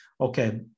okay